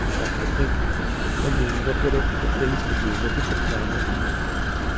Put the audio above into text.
i think when we look at it, the things, if you look at the plan that we put forward,